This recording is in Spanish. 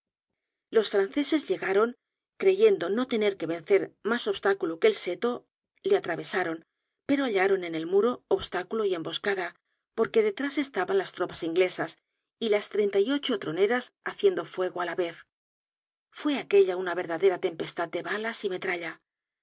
los franceses llegaron creyendo no tener que vencer mas obstáculo que el seto le atravesaron pero hallaron en el muro obstáculo y emboscada porque detrás estaban las tropas inglesas y las treinta y ocho troneras haciendo fuego á la vez fue aquella una verdadera tempestad de balas y metralla